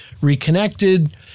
reconnected